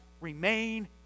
remain